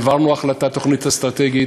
העברנו החלטה, תוכנית אסטרטגית,